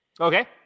Okay